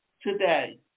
today